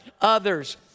others